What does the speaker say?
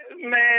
Man